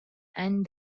and